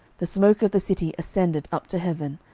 the smoke of the city ascended up to heaven,